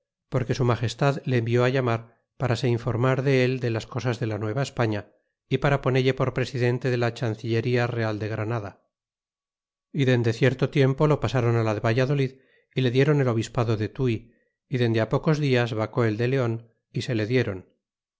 porque su magestad le envió llamar para se informar del de las cosas de la nueva esparia y para ponene por presidente de la chancillería real de granada y dende cierto tiempo lo pasron la de valladolid y le dieron el obispado de fui y dende pocos dias vacó el de leon y se le diéron